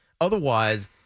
Otherwise